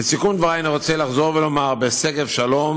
לסיכום דברי אני רוצה לחזור ולומר: בשגב-שלום,